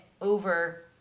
over